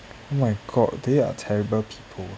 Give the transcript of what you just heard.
oh my god they are terrible people